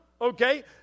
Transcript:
okay